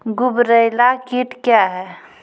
गुबरैला कीट क्या हैं?